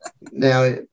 Now